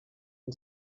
els